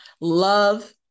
love